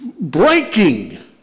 breaking